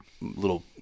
little